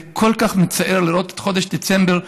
זה כל כך מצער לראות את חודש דצמבר,